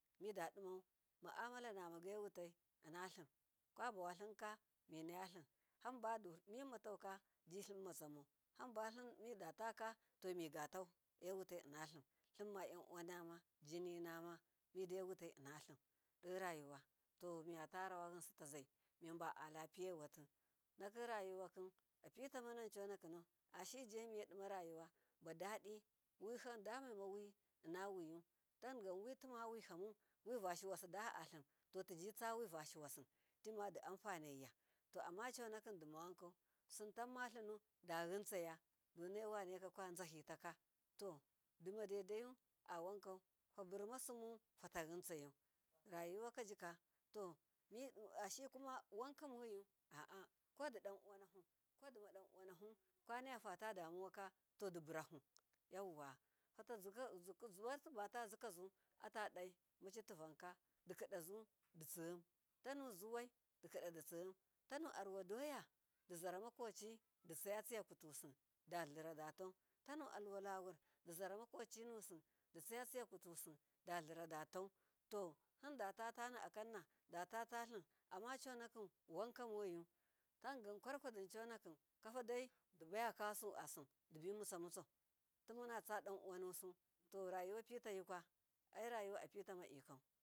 Midudimau maamalanama daiwutai hamba dumitaukaji tlimmatsamau, hamba han midataka to maigatau ewutai innatlim, tlima yan unama tininama midewutai innatlim dorayuwa, to miyatara yinsi tazai mibalapi yewa ti nakim rayuwakim apitaman conaki na ashijemiyedima rayuwabodidi wiham damemawiyu innawiyu tangun witamawi hamu vivashuwasida atlim, to tijitsawi vashu wasi timadi anfaneya to amma conakim dima wanka simtainmatlinu dayintsaya dunaiwane kakwa zahitaka to dimadaidaiyu awaankau fabrmasimu to fatayintsayau, rayuwakajika ashiyikuma wanka moyu kodidanuwanahu ko dimadi danuwahu kwanayafatadamuwaka dibuahu, yauwa zuwai sibatazikazu nigyativan kadikidazu ditsom danuzuwai dikido ditsom tonu aruwa doya dizara makwoci ditsayatsayakutusi dothrodatau, tanuaruwa lawur dizaramakwo cinusi ditsaytsayakutusi datliradatau to hinda tatanaakanna datatatlin amma conakim wanka moyu tangan kwarkwadin conakim saidaidiba ya kasu asim dibimutsamutsau dimama tsadan uwanusu torayuwa pitayukwa to airayuwa pitama dikau.